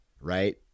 right